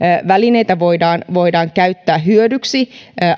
välineitä voidaan voidaan käyttää hyödyksi